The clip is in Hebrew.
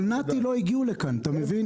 אבל נת"י לא הגיעו לכאן, אתה מבין?